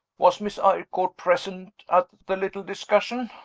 was miss eyrecourt present at the little discussion?